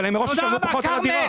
אבל הם מראש ישלמו פחות מהדירה.